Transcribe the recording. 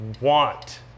want